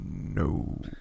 No